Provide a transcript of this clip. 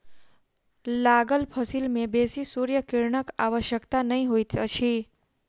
लागल फसिल में बेसी सूर्य किरणक आवश्यकता नै होइत अछि